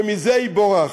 שמזה היא בורחת.